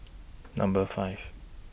Number five